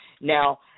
now